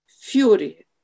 fury